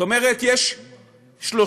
זאת אומרת, יש שלושה